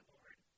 Lord